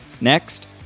Next